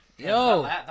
Yo